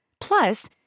Plus